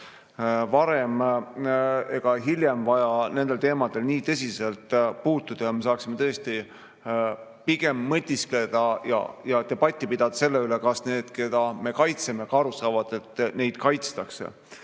varem ega hiljem vaja neid teemasid nii tõsiselt puudutada ja me saaksime pigem mõtiskleda ja debatti pidada selle üle, kas need, keda me kaitseme, ka aru saavad, et neid kaitstakse.